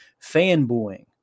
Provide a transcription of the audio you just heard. fanboying